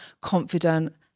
confident